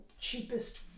cheapest